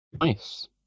Nice